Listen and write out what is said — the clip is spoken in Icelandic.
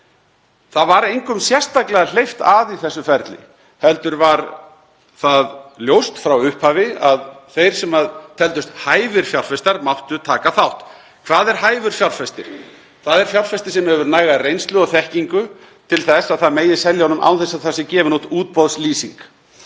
Það var engum sérstaklega hleypt að í þessu ferli heldur var það ljóst frá upphafi að þeir sem teldust hæfir fjárfestar máttu taka þátt. Hvað er hæfur fjárfestir? Það er fjárfestir sem hefur næga reynslu og þekkingu til þess að það megi selja honum án þess að það sé gefin út útboðslýsing.